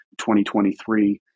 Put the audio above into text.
2023